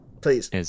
Please